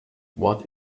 what